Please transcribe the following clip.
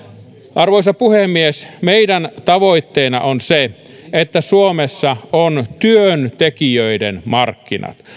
arvoisa puhemies meidän tavoitteenamme on se että suomessa on työntekijöiden markkinat